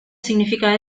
significa